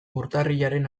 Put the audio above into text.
urtarrilaren